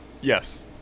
yes